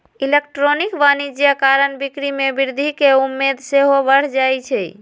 electronic वाणिज्य कारण बिक्री में वृद्धि केँ उम्मेद सेहो बढ़ जाइ छइ